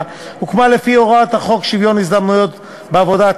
הוקמה לפי הוראת חוק שוויון ההזדמנויות בעבודה,